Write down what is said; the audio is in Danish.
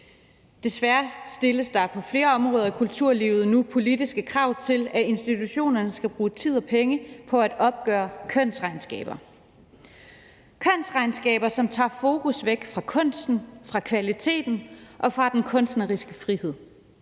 Desværre stilles der på flere områder af kulturlivet nu politiske krav til, at institutionerne skal bruge tid og penge på at opgøre kønsregnskaber, som tager fokus væk fra kunsten, fra kvaliteten og fra den kunstneriske frihed.